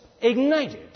ignited